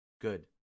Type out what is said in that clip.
Good